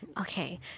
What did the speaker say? Okay